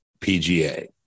PGA